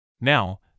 Now